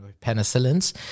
penicillins